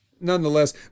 nonetheless